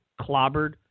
clobbered